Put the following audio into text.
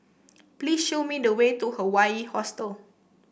please show me the way to Hawaii Hostel